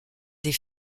des